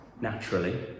naturally